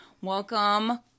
welcome